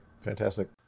Fantastic